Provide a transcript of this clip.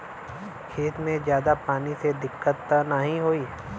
खेत में ज्यादा पानी से दिक्कत त नाही होई?